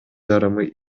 жарымы